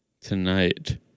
tonight